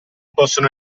possono